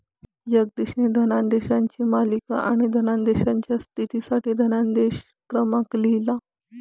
जगदीशने धनादेशांची मालिका आणि धनादेशाच्या स्थितीसाठी धनादेश क्रमांक लिहिला